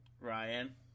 Ryan